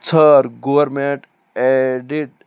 ژھانڈ government aided